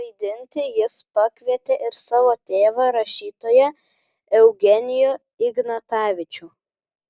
vaidinti jis pakvietė ir savo tėvą rašytoją eugenijų ignatavičių